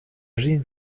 жизнь